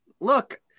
Look